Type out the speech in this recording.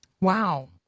Wow